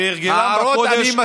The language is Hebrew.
כהרגלם בקודש,